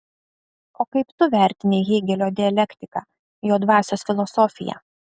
o kaip tu vertini hėgelio dialektiką jo dvasios filosofiją